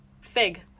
fig